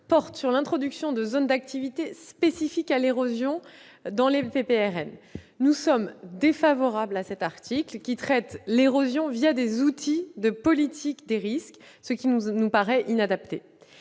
porte sur l'introduction des zones d'activités spécifiques à l'érosion dans les PPRN. Nous sommes défavorables à cet article, qui traite l'érosion des outils de politique des risques, ce qui nous paraît inadapté.